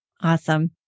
Awesome